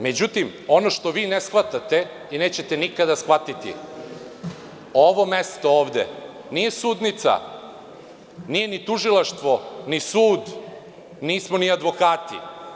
Međutim, ono što vi ne shvatate i nećete nikada shvatiti, ovo mesto ovde nije sudnica, nije ni tužilaštvo ni sud, nismo ni advokati.